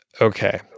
Okay